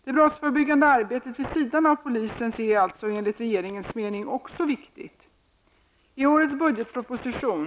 Det brottsförebyggande arbetet vid sidan av polisens är alltså enligt regeringens mening också viktigt. I årets budgetproposition (prop. 1989/90:100 bil.